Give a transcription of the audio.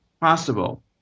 possible